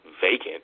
vacant